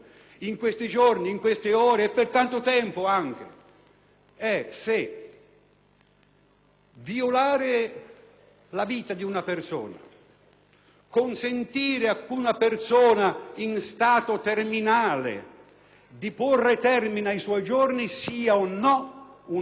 violare la vita di una persona, consentire ad una persona in stato terminale di porre termine ai suoi giorni, sia o no una violazione dei limiti posti dagli articoli 32 e 2 della Costituzione.